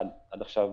עד עכשיו,